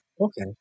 Okay